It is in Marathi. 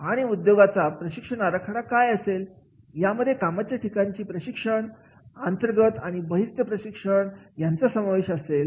आणि उद्योगाचा प्रशिक्षण आराखडा काय असेल यामध्ये कामाच्या ठिकाणची प्रशिक्षण अंतर्गत आणि बहिस्त प्रशिक्षण यांचा समावेश असेल